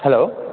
hello